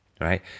Right